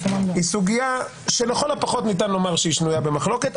היא סוגיה שלכל הפחות ניתן לומר שהיא שנויה במחלוקת,